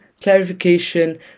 clarification